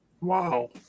Wow